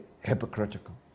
hypocritical